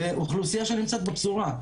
לאוכלוסייה שנמצאת בפזורה.